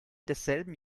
desselben